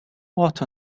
what